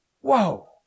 Whoa